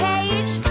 cage